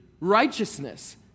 Righteousness